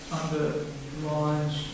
underlines